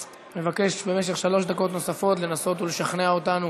מבקש, במשך שלוש דקות נוספות, לנסות ולשכנע אותנו